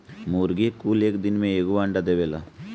मुर्गी कुल एक दिन में एगो अंडा देवेला